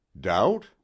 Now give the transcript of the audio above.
Doubt